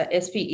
SPE